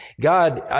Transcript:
God